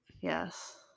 Yes